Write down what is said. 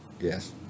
Yes